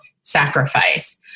sacrifice